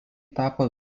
tapo